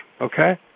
Okay